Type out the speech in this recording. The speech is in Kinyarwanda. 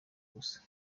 gusa